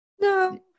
No